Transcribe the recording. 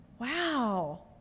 wow